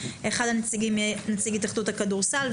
אחד הנציגים יהיה נציג התאחדות הכדורסל,